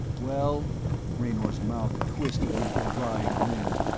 well raynor's mouth twisted into a wry grin.